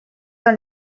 dans